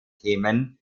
themen